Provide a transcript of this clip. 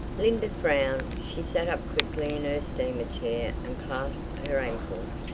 linda frowned she sat up quickly in her steamer chair and clasped her ankles.